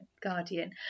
Guardian